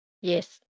Yes